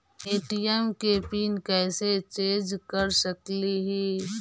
ATM के PIN कैसे change कर सकली ही?